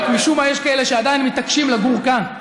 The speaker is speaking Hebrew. רק משום מה יש כאלה שעדיין מתעקשים לגור כאן,